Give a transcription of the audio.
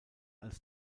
als